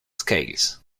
scales